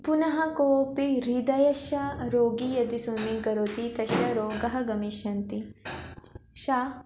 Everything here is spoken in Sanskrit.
पुनः कोपि हृदयस्य रोगी यदि स्विमिङ्ग् करोति तस्य रोगः गमिष्यति शा